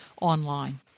online